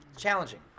challenging